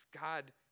God